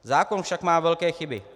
Zákon však má velké chyby.